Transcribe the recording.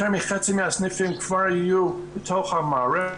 יותר מחצי מהסניפים כבר יהיו בתוך המערכת.